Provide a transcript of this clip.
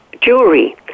jewelry